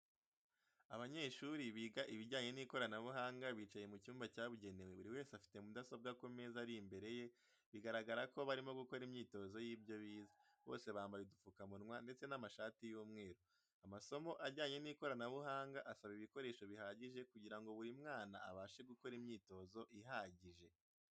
Abanyeshuri biga ibijyanye n'ikoranabuhanga bicaye mu cyumba cyabugenewe buri wese afite mudasobwa ku meza ari imbere ye bigaragara ko barimo gukora imyitozo y'ibyo bize, bose bambaye udupfukamunwa ndetse n'amashati y'umweru. Amasomo ajyanye n'ikoranabuhanga asaba ibikoreso bihagije kugira ngo buri mwana abashe gukora imyitozo ihagije.